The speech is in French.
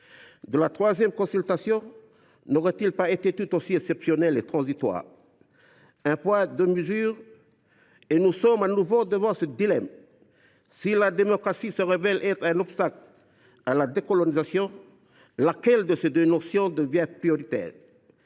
de la troisième consultation n’aurait il pas été tout aussi exceptionnel et transitoire ? Un poids, deux mesures ! Et nous sommes de nouveau devant ce dilemme : si la démocratie se révèle être un obstacle à la décolonisation, laquelle de ces deux notions devient prioritaire ?